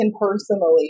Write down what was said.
personally